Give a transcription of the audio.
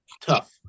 Tough